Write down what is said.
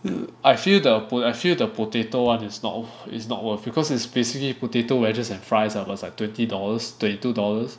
I feel the pota~ I feel the potato [one] is not worth is not worth because it's basically potato wedges and fries ah but it was like twenty dollars twenty two dollars